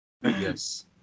Yes